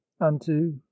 unto